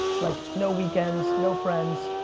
like no weekends, no friends.